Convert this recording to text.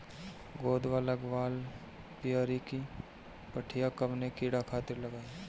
गोदवा लगवाल पियरकि पठिया कवने कीड़ा खातिर लगाई?